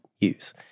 use